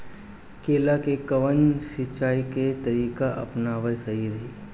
केला में कवन सिचीया के तरिका अपनावल सही रही?